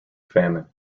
famine